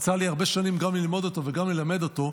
יצא לי הרבה שנים גם ללמוד אותו וגם ללמד אותו.